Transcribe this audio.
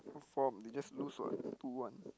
what form they just lose what two one